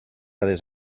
les